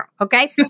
Okay